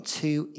two